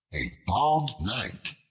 a bald knight,